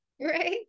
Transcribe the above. Right